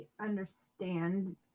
understand